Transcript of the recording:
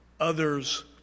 others